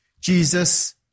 Jesus